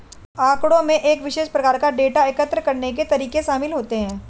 आँकड़ों में एक विशेष प्रकार का डेटा एकत्र करने के तरीके शामिल होते हैं